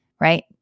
right